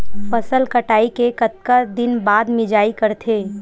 फसल कटाई के कतका दिन बाद मिजाई करथे?